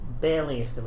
barely